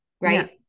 Right